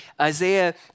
Isaiah